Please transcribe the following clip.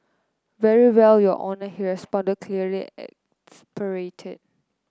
very well your Honour he responded clearly exasperated